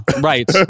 right